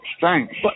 thanks